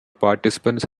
participants